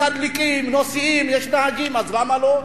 מתדלקים, נוסעים, יש נהגים, אז למה לא?